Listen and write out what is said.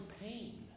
pain